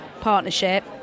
partnership